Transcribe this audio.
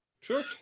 Sure